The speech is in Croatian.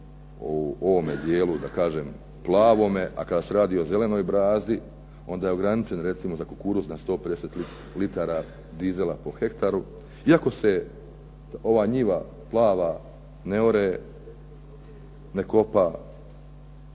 u ovome dijelu, da kažem plavome, a kada se radi o zelenoj brazdi onda je ograničen, recimo za kukuruz na 150 litara dizela po hektaru. Iako se ova njiva plava ne ore, ne kopa,